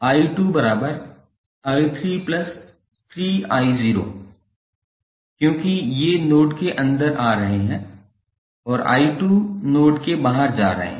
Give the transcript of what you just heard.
𝑖2𝑖33I0 क्योंकि ये नोड के अंदर आ रहे हैं और 𝑖2 नोड के बाहर जा रहे हैं